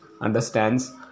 understands